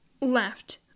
left